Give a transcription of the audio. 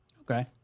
Okay